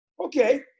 Okay